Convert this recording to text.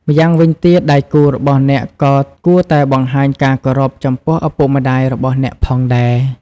ម្យ៉ាងវិញទៀត ដៃគូរបស់អ្នកក៏គួរតែបង្ហាញការគោរពចំពោះឪពុកម្ដាយរបស់អ្នកផងដែរ។